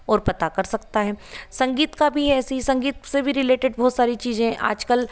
और पता कर सकता है संगीत का भी है ऐसे ही संगीत से भी रिलेटेड बहुत सारी चीज़ें आज कल